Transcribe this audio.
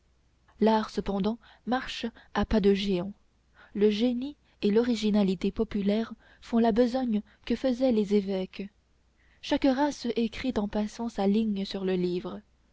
l'art cependant marche à pas de géant le génie et l'originalité populaires font la besogne que faisaient les évêques chaque race écrit en passant sa ligne sur le livre